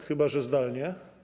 Chyba że zdalnie.